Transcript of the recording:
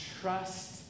trust